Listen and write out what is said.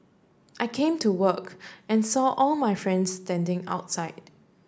I came to work and saw all my friends standing outside